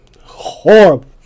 horrible